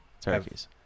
turkeys